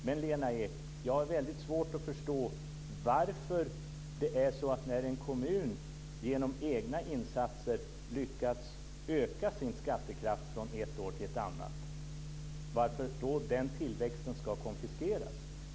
Men Lena Ek, jag har svårt att förstå varför en kommun som genom egna insatser har lyckats öka sin skattekraft från ett år till ett annat ska få den tillväxten konfiskerad.